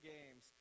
Games